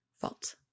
fault